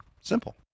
simple